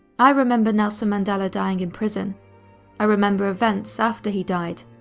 i remember nelson mandela dying in prison i remember events after he died,